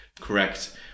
correct